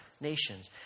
nations